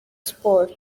sport